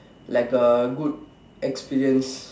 like a good experience